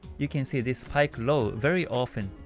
you can see this spike low very often.